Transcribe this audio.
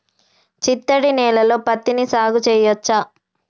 చిత్తడి నేలలో పత్తిని సాగు చేయచ్చా?